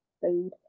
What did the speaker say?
food